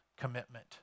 commitment